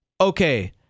Okay